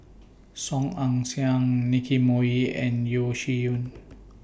Song Ong Siang Nicky Moey and Yeo Shih Yun